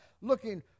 looking